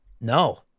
No